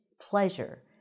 pleasure